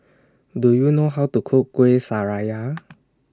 Do YOU know How to Cook Kuih Syara